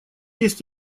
есть